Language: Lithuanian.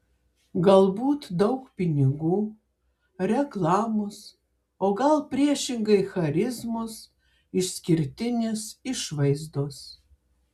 galbūt daug pinigų reklamos o gal priešingai charizmos išskirtinės išvaizdos